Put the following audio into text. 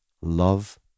love